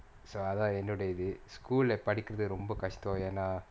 so அதான் என்னோட இது:athan ennoda ithu school ல படிக்குரது ரொம்ப கஷ்டோ ஏன்னா:la padikurathu romba kashto ennaa